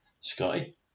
Scotty